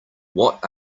what